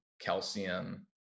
calcium